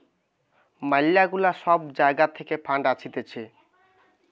ম্যালা গুলা সব জাগা থাকে ফান্ড আসতিছে